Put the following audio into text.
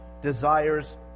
desires